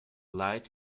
light